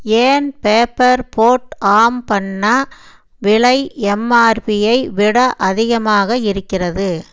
ஏன் paper board ஆம் பண்ணிணா விலை எம்ஆர்பியை விட அதிகமாக இருக்கிறது